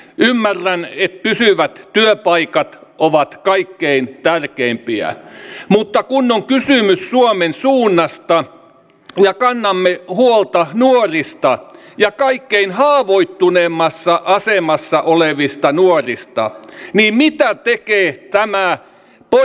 ymmärrän että pysyvät työpaikat ovat kaikkein tärkeimpiä mutta kun on kysymys suomen suunnasta ja kannamme huolta nuorista ja kaikkein haavoittuneimmassa asemassa olevista nuorista niin mitä tekee tämä porvarihallitus